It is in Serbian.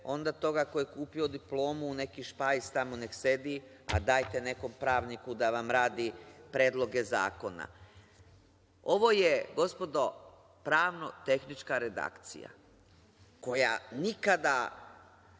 onda toga koji je kupio diplomu u neki špajz tamo nek sedi, a dajte nekom pravniku da vam radi predloge zakonaOvo je gospodo pravno tehnička redakcija koja nikada